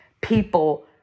people